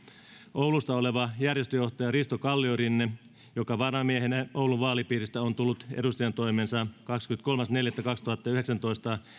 oulusta oleva järjestöjohtaja risto kalliorinne joka varamiehenä oulun vaalipiiristä on tullut edustajantoimensa kahdeskymmeneskolmas neljättä kaksituhattayhdeksäntoista